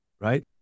Right